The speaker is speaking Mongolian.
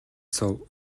суув